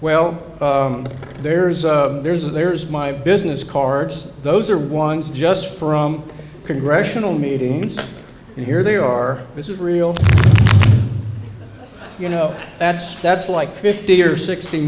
well there's there's there's my business cards those are ones just from congressional meetings and here they are this is real you know that's that's like fifty or sixty